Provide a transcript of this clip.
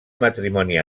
matrimoni